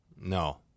No